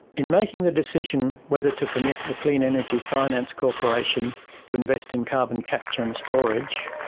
in making the decision whether to permit the clean energy finance corporation to invest in carbon capture and storage,